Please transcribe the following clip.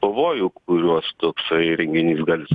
pavojų kuriuos toksai renginys gali